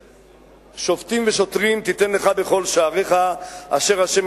שופטים ושוטרים תיתן לך בכל שעריך אשר ה'